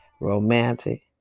Romantic